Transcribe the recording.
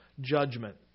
judgment